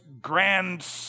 grand